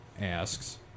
asks